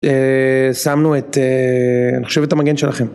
שמנו את, אני חושב את המגן שלכם.